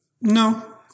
No